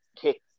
kick